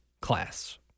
class